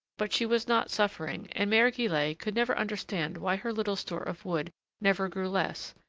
but she was not suffering, and mere guillette could never understand why her little store of wood never grew less,